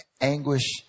anguish